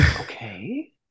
okay